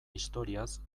historiaz